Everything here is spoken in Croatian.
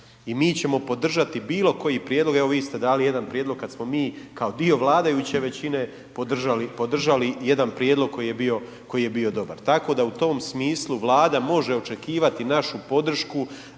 I mi ćemo podržati bilo koji prijedlog, evo vi ste dali jedan prijedlog kad smo mi kao dio vladajuće većine podržali, podržali jedan prijedlog koji je bio dobar. Tako da u tom smislu Vlada može očekivati našu podršku,